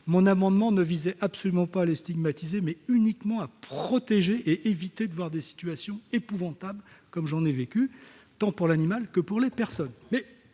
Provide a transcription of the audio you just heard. Mon amendement ne visait absolument pas à les stigmatiser, mais uniquement à protéger chacun et à éviter des situations épouvantables, tant pour l'animal que pour les personnes,